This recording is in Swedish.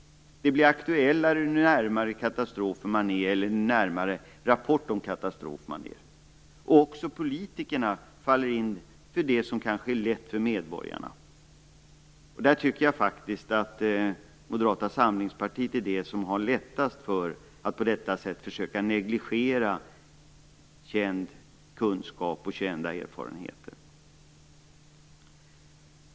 Det blir aktuellare ju närmare katastrofen man är, ju närmare en rapport om katastrof man är. Också politikerna faller för det som kanske är lätt för medborgarna. Jag tycker faktiskt att Moderata samlingspartiet är det parti som har lättast för att på detta sätt försöka negligera känd kunskap och kända erfarenheter.